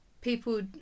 people